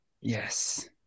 Yes